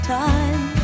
time